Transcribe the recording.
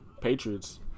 Patriots